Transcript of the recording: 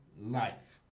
life